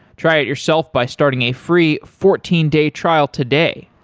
try it yourself by starting a free fourteen day trial today.